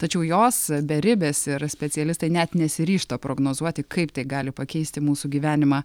tačiau jos beribės ir specialistai net nesiryžta prognozuoti kaip tai gali pakeisti mūsų gyvenimą